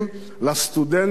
לסטודנטים,